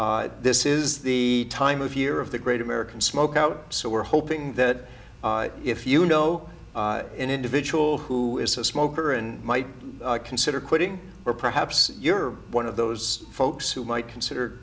this is the time of year of the great american smokeout so we're hoping that if you know an individual who is a smoker and might consider quitting or perhaps you're one of those folks who might consider